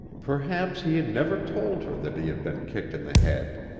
perhaps he had never told her that he had been kicked in the head.